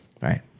right